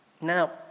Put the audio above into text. Now